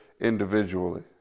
individually